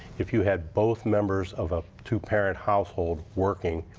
if you had both members of ah two parent household, working,